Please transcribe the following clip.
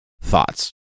thoughts